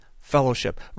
fellowship